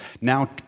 Now